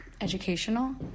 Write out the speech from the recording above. educational